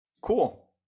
Cool